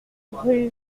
rue